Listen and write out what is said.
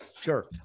Sure